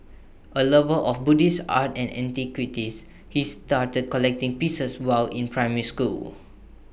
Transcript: A lover of Buddhist art and antiquities he started collecting pieces while in primary school